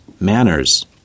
Manners